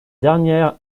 dernière